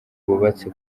rwubatse